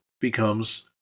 becomes